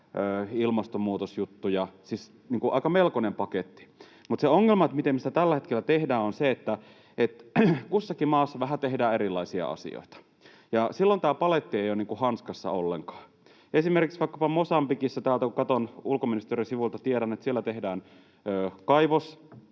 ilmastonmuutosjuttuja, siis melkoinen paketti. Mutta se ongelma siinä, miten me sitä tällä hetkellä tehdään, on se, että kussakin maassa vähän tehdään erilaisia asioita, ja silloin tämä paletti ei ole hanskassa ollenkaan. Täältä kun katson ulkoministeriön sivuilta, tiedän, että esimerkiksi